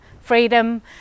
Freedom